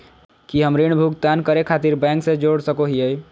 की हम ऋण भुगतान करे खातिर बैंक से जोड़ सको हियै?